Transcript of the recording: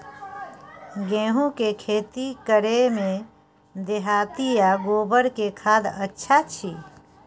गेहूं के खेती करे में देहाती आ गोबर के खाद अच्छा छी?